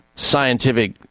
scientific